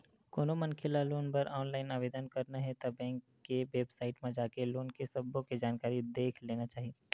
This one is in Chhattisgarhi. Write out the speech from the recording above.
कोनो मनखे ल लोन बर ऑनलाईन आवेदन करना हे ता बेंक के बेबसाइट म जाके लोन के सब्बो के जानकारी देख लेना चाही